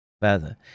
Further